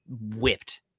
whipped